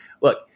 look